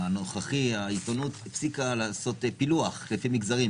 הנוכחי העיתונות הפסיקה לעשות פילוח לפי מגזרים.